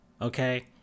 Okay